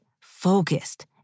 focused